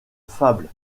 fable